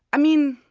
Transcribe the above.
i mean,